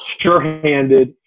sure-handed